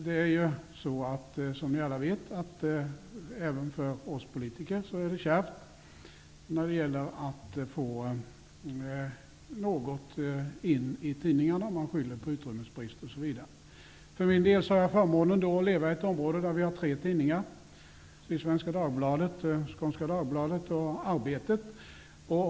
Det är kärvt även för oss politiker när det gäller att få in något i tidningarna. Man skyller på utrymmesbrist osv. För min del har jag förmånen att leva i ett område där vi har tre tidningar, Sydsvenska Dagbladet, Skånska Dagbladet och Arbetet.